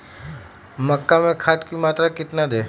मक्का में खाद की मात्रा कितना दे?